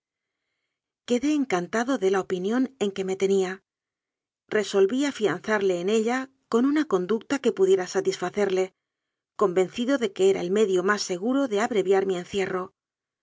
quedé encantado de la opinión en que me tenía resolví afianzarle en ella con una conducta que pudiera satisfacerle convencido de que era el me dio más seguro de abreviar mi encierro